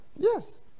Yes